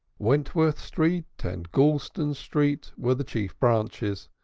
wentworth street and goulston street were the chief branches,